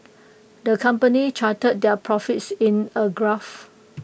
the company charted their profits in A graph